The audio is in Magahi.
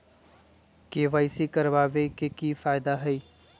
के.वाई.सी करवाबे के कि फायदा है?